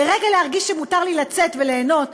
לרגע להרגיש שמותר לי לצאת וליהנות,